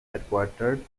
headquartered